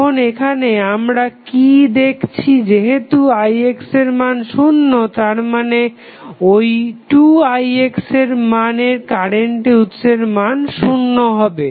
এখন এখানে আমরা কি দেখছি যেহেতু ix এর মান শুন্য তারমানে এই 2ix মানের কারেন্ট উৎসের মানও শুন্য হবে